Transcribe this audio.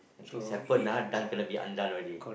when things happen ah done cannot be undone already